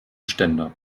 ständer